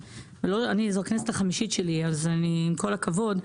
זו הכנסת החמישית שלי, אז עם כל הכבוד.